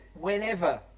Whenever